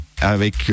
avec